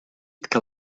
que